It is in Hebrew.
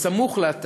סמוך לה,